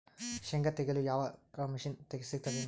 ಶೇಂಗಾ ತೆಗೆಯಲು ಯಾವರ ಮಷಿನ್ ಸಿಗತೆದೇನು?